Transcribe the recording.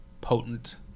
potent